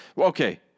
Okay